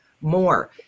more